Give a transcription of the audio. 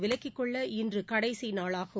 விலக்கிக்கொள்ள இன்று கடைசி நாளாகும்